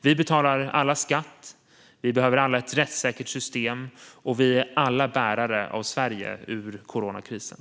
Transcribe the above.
Vi betalar alla skatt, vi behöver alla ett rättssäkert system och vi är alla bärare av Sverige ut ur coronakrisen.